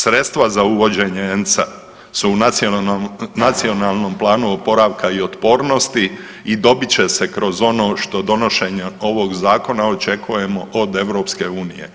Sredstva za uvođenje ENC-a su u Nacionalnom planu oporavka i otpornosti i dobit će se kroz ono što donošenje ovog Zakona očekujemo od EU.